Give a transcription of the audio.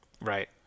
Right